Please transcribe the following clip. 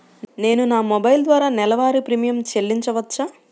నేను నా మొబైల్ ద్వారా నెలవారీ ప్రీమియం చెల్లించవచ్చా?